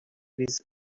with